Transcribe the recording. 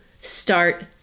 start